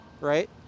right